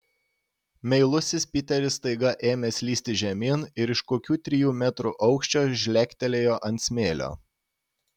meilusis piteris staiga ėmė slysti žemyn ir iš kokių trijų metrų aukščio žlegtelėjo ant smėlio